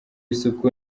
isuku